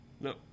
No